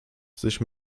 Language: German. sich